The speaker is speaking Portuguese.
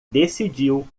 decidiu